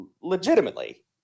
legitimately